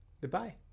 Goodbye